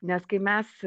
nes kai mes